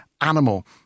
animal